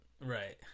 Right